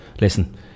Listen